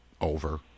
over